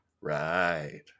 Right